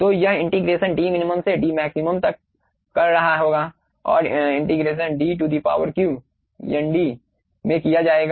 तो यह integration dmin से dmax तक कर रहा होगा और इंटीग्रेशन dq n में किया जाएगा